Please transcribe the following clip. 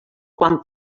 quan